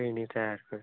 फेणी तयार करता